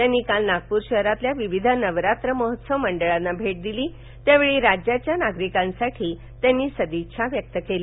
त्यांनी काल नागप्र शहरातील विविध नवरात्र महोत्सव मंडळांना भेट दिली त्यावेळी राज्याच्या नागरिकांसाठी त्यांनी सदिच्छा व्यक्त केल्या